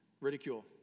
Ridicule